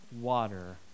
water